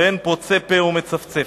ואין פוצה פה ומצפצף.